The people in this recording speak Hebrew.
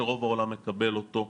שרוב העולם מקבל אותו.